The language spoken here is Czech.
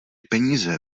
peníze